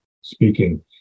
speaking